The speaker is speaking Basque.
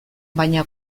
baina